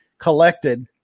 collected